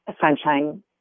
sunshine